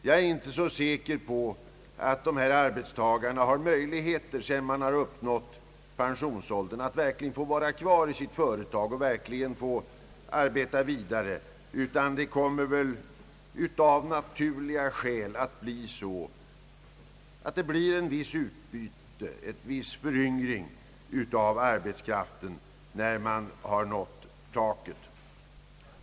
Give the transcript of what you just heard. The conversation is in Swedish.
Jag är inte så säker på att en arbetstagare sedan han uppnått pensionsåldern verkligen har möjlighet att få vara kvar i sitt företag. Av naturliga skäl kommer en viss föryngring, ett utbyte av arbetskraft att ske när man har nått ålderstaket.